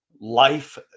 life